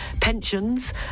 pensions